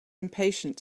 impatient